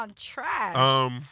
trash